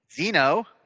Zeno